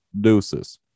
deuces